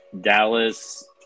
Dallas